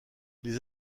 les